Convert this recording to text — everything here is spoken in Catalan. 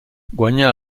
guanyà